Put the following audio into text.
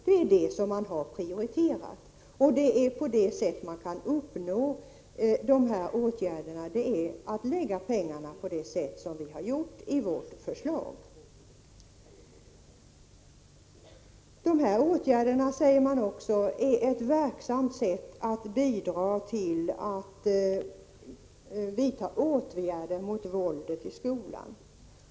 Det är vad man har prioriterat, och det sätt på vilket man kan uppnå allt detta är att lägga pengarna på det sätt som vi har föreslagit. De här åtgärderna är, säger man också, ett verksamt sätt att bidra till åtgärder mot våldet i skolan.